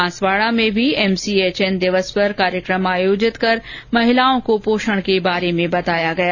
बांसवाड़ा में भी एमसीएचएन दिवस पर कार्यक्रम आयोजित कर महिलाओं को पोषण के बारे में जाानकारी दी गई